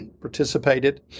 participated